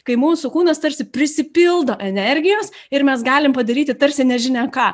kai mūsų kūnas tarsi prisipildo energijos ir mes galim padaryti tarsi nežinia ką